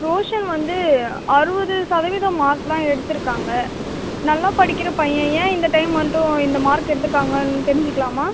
ரோஷன் வந்து அறுபது சதவீதம் மார்க் தான் எடுத்திருக்காங்க நல்லா படிக்கிற பையன் ஏன் இந்த டைம் மட்டும் இந்த மார்க் எடுத்திருக்காங்கன் தெரிஞ்சுக்கலாமா